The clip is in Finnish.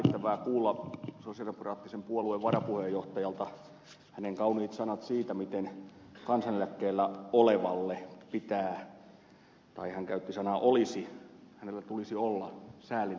todella lämmittävää kuulla sosialidemokraattisen puolueen varapuheenjohtajalta hänen kauniit sanansa siitä miten kansaneläkkeellä olevalla pitää tai hän käytti sanaa olisi hänellä tulisi olla säällinen toimeentulo